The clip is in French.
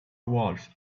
wolf